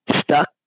stuck